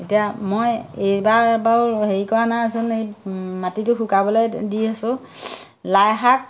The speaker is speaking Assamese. এতিয়া মই এইবাৰ বাৰু হেৰি কৰা নাইচোন এই মাটিটো শুকাবলৈ দি আছোঁ লাইশাক